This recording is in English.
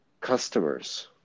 customers